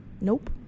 Nope